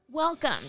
Welcome